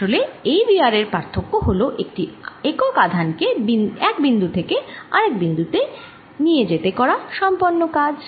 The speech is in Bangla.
আসলে এই দুটি V r এর মধ্যে পার্থক্য হল একটি একক আধান কে এক বিন্দু থেকে আরেক বিন্দু তে নিয়ে যেতে করা সম্পন্ন কাজ